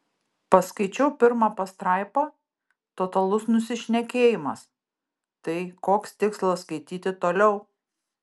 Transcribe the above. paskaičiau pirmą pastraipą totalus nusišnekėjimas tai koks tikslas skaityti toliau